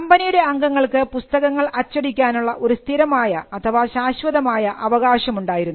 കമ്പനിയുടെ അംഗങ്ങൾക്ക് പുസ്തകങ്ങൾ അച്ചടിക്കാനുള്ള ഒരു സ്ഥിരമായ അഥവാ ശാശ്വതമായ അവകാശമുണ്ടായിരുന്നു